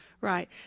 Right